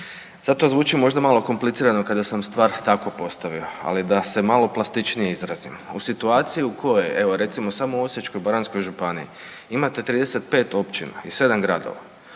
to zvuči možda malo komplicirano kada sam stvar tako postavio, ali da se malo plastičnije izrazim, u situaciji u kojoj je, evo recimo samo u Osječko-baranjskoj županiji imate 35 općina i 7 gradova,